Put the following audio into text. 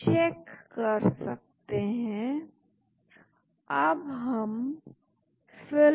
ए की तुलना में ए और बी इस ए और बी को देखें ए और बी ए और बी तो इस प्रकार यह यहां सी हो सकता है यहां जो कि ए और बी दोनों के लिए समान है